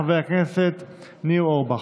בבקשה, חבר הכנסת ניר אורבך.